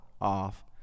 off